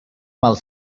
mal